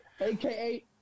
Aka